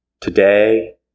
today